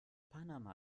panama